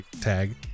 tag